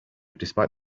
despite